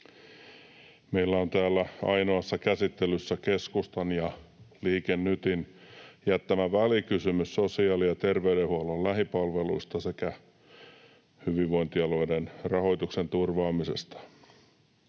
Meillä on täällä ainoassa käsittelyssä keskustan ja Liike Nytin jättämä välikysymys sosiaali- ja terveydenhuollon lähipalveluista sekä hyvinvointialueiden rahoituksen turvaamisesta.